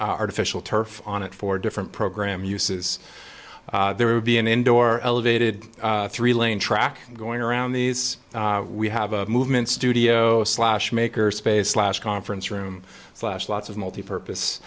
artificial turf on it for different program uses there would be an indoor elevated three lane track going around these we have a movement studio slash maker space last conference room slash lots of multi purpose